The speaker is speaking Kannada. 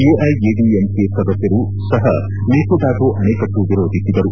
ಎಐಎಡಿಎಮ್ಕೆ ಸದಸ್ಯರು ಸಹ ಮೇಕೆದಾಟು ಅಣೆಕಟ್ಟು ವಿರೋಧಿಸಿದರು